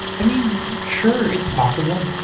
i mean, sure, it's possible,